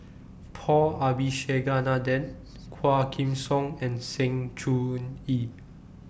Paul Abisheganaden Quah Kim Song and Sng Choon Yee